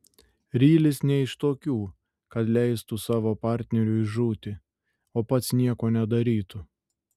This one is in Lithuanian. rylis ne iš tokių kad leistų savo partneriui žūti o pats nieko nedarytų